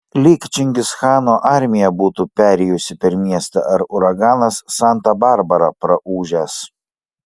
lyg čingischano armija būtų perėjusi per miestą ar uraganas santa barbara praūžęs